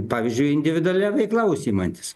pavyzdžiui individualia veikla užsiimantys